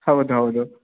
ಹೌದು ಹೌದು